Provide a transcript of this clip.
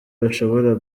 bashobora